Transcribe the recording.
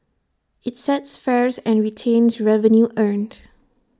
IT sets fares and retains revenue earned